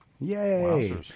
Yay